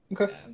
Okay